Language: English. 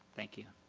thank you.